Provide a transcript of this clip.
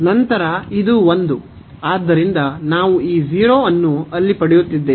ನಂತರ ಇದು 1 ಆದ್ದರಿಂದ ನಾವು ಈ 0 ಅನ್ನು ಅಲ್ಲಿ ಪಡೆಯುತ್ತಿದ್ದೇವೆ